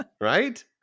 Right